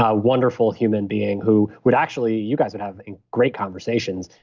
ah wonderful human being who would actually, you guys would have great conversations.